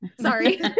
sorry